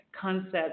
concept